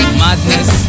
madness